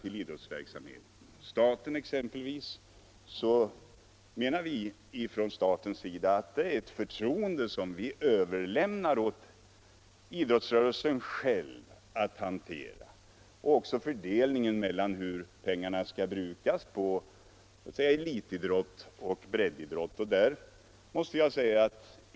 Från statens sida överlämnar vi förtroendet att fördela dessa medel åt idrottsrörelsen själv. Det gäller bl.a. fördelningen av medlen mellan elitidrott och breddidrott.